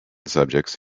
subjects